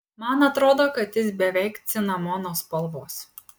man atrodo kad jis beveik cinamono spalvos